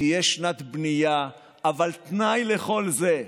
בן 21 במותו,